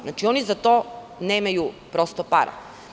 Znači, oni za to nemaju prosto para.